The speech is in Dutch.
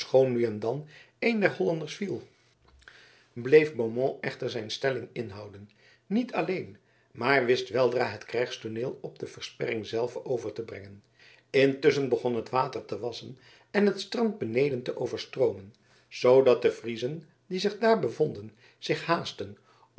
nu en dan een der hollanders viel bleef beaumont echter zijn stelling inhouden niet alleen maar wist weldra het krijgstooneel op de versperring zelve over te brengen intusschen begon het water te wassen en het strand beneden te overstroomen zoodat de friezen die zich daar bevonden zich haastten